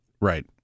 Right